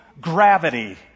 gravity